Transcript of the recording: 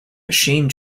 machine